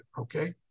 okay